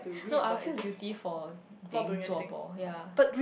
no I will feel guilty for being zuo bo ya